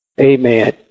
Amen